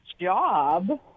job